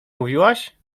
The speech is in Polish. mówiłaś